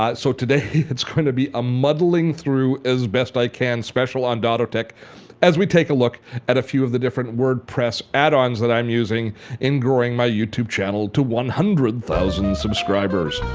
so today, it's going to be a muddling through as best i can special on dottotech as we take a look at a few of the different wordpress add-ons that i am using in growing my youtube channel to one hundred thousand subscribers.